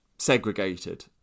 segregated